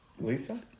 Lisa